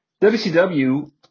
WCW